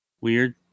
Weird